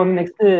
next